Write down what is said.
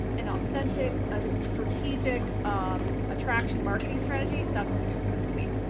an authentic, ah strategic, um attraction marketing strategy that's what we do here in the suite.